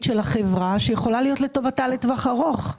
של החברה שיכולה להיות לטובתה לטווח ארוך.